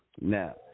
Now